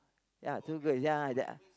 ya two girls ya the